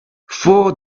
four